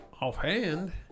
offhand